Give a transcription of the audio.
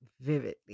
vividly